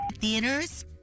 Theaters